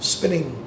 Spinning